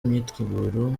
imyiteguro